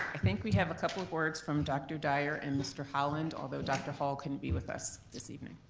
i think we have a couple of words from dr. dyer and mr. holland, although dr. hall couldn't be with us this evening.